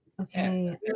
Okay